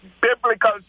biblical